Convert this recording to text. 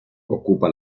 ocupa